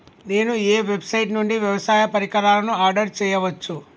నేను ఏ వెబ్సైట్ నుండి వ్యవసాయ పరికరాలను ఆర్డర్ చేయవచ్చు?